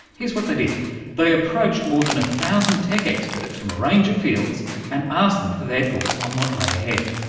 here's what they did they approached more than a thousand tech experts from a range of fields and asked them for their thoughts on what lay ahead.